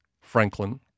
Franklin